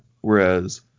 whereas